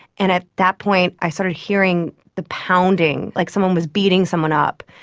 and at that point i started hearing the pounding, like someone was beating someone up,